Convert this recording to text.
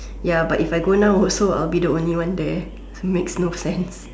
ya but if I go now also I'll be the only one there makes no sense